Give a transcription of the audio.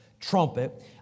Trumpet